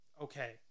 Okay